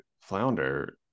flounder